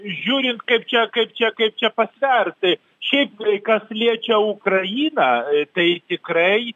žiūrint kaip čia kaip čia kaip čia pasverti šiaip kas liečia ukrainą tai tikrai